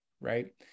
Right